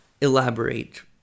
elaborate